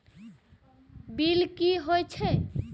Bill की हौए छै?